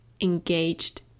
engaged